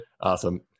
Awesome